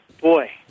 boy